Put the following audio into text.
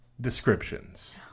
descriptions